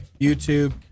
YouTube